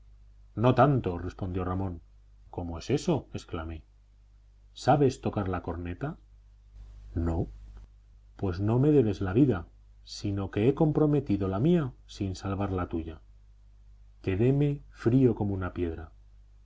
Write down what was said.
no tanto respondió ramón cómo es eso exclamé sabes tocar la corneta no pues no me debes la vida sino que he comprometido la mía sin salvar la tuya quedéme frío como una piedra